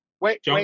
wait